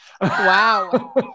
Wow